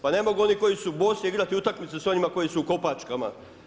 Pa ne mogu oni koji su bosi igrati utakmicu s onima koji su u kopačkama.